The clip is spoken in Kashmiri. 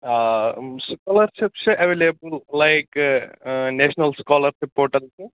آ سُکالَرشِپ چھِ available like national scholarship portal چھِ